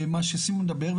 מה שסימון מדבר.